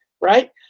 right